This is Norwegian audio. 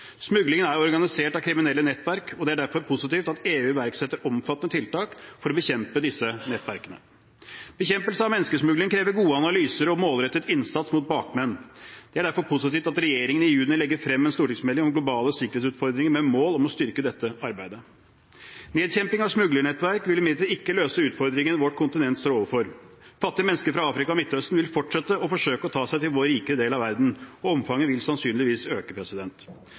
Smuglingen er organisert av kriminelle nettverk, og det er derfor positivt at EU iverksetter omfattende tiltak for å bekjempe disse nettverkene. Bekjempelse av menneskesmugling krever gode analyser og målrettet innsats mot bakmenn. Det er derfor positivt at regjeringen i juni legger frem en stortingsmelding om globale sikkerhetsutfordringer med mål om å styrke dette arbeidet. Nedkjemping av smuglernettverk vil imidlertid ikke løse utfordringen vårt kontinent står overfor. Fattige mennesker fra Afrika og Midtøsten vil fortsette å forsøke å ta seg til vår rikere del av verden, og omfanget vil sannsynligvis øke.